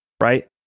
Right